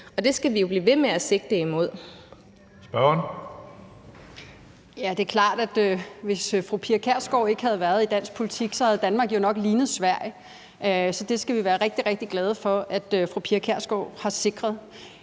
Hønge): Spørgeren. Kl. 12:14 Mette Thiesen (DF): Ja, det er klart, at hvis fru Pia Kjærsgaard ikke havde været i dansk politik, havde Danmark jo nok lignet Sverige. Så det skal vi være rigtig, rigtig glade for at fru Pia Kjærsgaard har sikret.